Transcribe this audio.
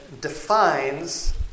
defines